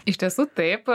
iš tiesų taip